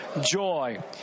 joy